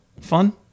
fun